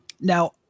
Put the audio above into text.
Now